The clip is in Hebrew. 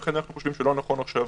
לכן אנו חושבים שלא נכון עכשיו.